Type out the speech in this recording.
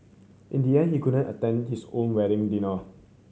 in the end he couldn't attend his own wedding dinner